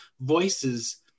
voices